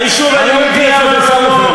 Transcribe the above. היישוב היהודי אמר לה לא?